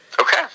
Okay